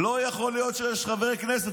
לא יכול להיות שיש חבר כנסת,